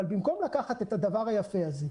אבל במקום לקחת את הדבר היפה הזה,